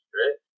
right